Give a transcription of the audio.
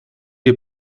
les